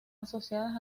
asociadas